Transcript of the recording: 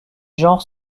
genres